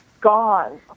gone